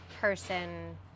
person